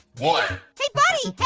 what? hey buddy,